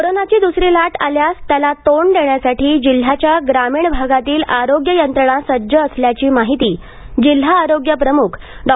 कोरोनाची दुसरी लाट आल्यास त्याला तोंड देण्यासाठी जिल्ह्याच्या ग्रामीण भागातील आरोग्य यंत्रणा सज्ज असल्याची माहिती जिल्हा आरोग्य प्रमुख डॉ